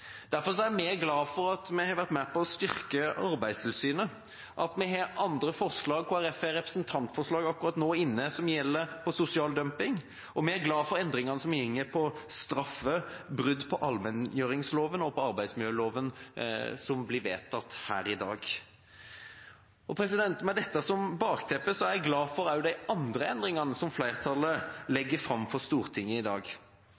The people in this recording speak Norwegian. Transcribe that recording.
Derfor er vi glad for at vi har vært med på å styrke Arbeidstilsynet, at vi har andre forslag – Kristelig Folkeparti har akkurat nå inne representantforslag som gjelder sosial dumping. Vi er også glad for endringene som går på straff for brudd på allmenngjøringsloven og på arbeidsmiljøloven som blir vedtatt her i dag. Med dette som bakteppe er jeg glad for også de andre endringene som flertallet legger fram for Stortinget i dag.